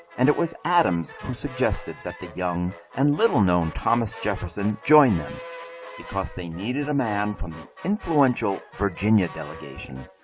and it was adams who suggested that the young, and little known, thomas jefferson join them because they needed a man from the influential virginia delegation,